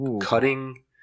cutting